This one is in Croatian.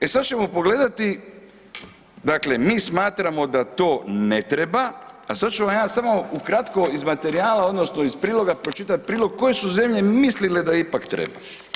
E sad ćemo pogledati, dakle mi smatramo da to ne treba, a sad ću vam ja samo ukratko iz materijala odnosno iz priloga pročitati prilog koje su zemlje mislile da ipak treba.